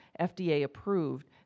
FDA-approved